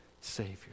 Savior